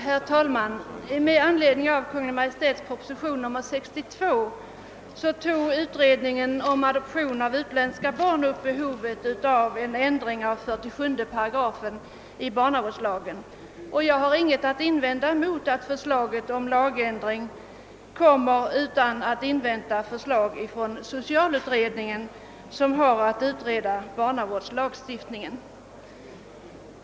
Herr talman! Bakgrunden till Kungl. Maj:ts proposition 62 är bl.a. att utredningen om adoption av utländska barn tog upp till behandling behovet av en ändring av 47 8 barnavårdslagen. Jag har ingenting att invända mot att förslaget om lagändring läggs fram utan att man inväntar förslag från socialutredningen, som har att utreda barnavårdslagstiftningen.